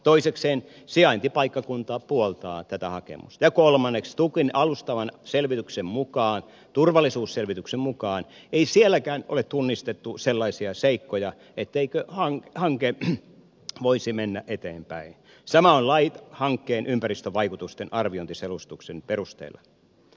toisekseen sijaintipaikkakunta puoltaa tätä hakemusta ja kolmanneksi stukin alustavan selvityksen mukaan turvallisuusselvityksen mukaan ei sielläkään ole tunnistettu sellaisia seikkoja etteikö hanke voisi mennä eteenpäin samoin on hankkeen ympäristövaikutusten arviointiselostuksen perusteella